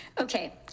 Okay